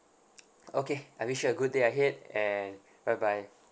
okay I wish you a good day ahead and bye bye